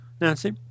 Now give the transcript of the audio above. Nancy